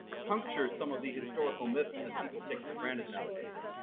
puncture some of the historical myths that people take for granted nowadays.